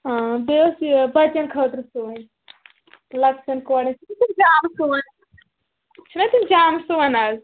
اۭں بیٚیہِ اوس یہِ بَچَن خٲطرٕ سُوٕنۍ لَکچٮ۪ن کورٮ۪ن تِم جامہٕ چھُنا تِم جامہٕ سُوان آز